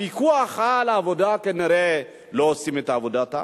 הפיקוח על העבודה כנראה לא עושים את עבודתם.